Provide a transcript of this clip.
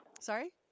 Sorry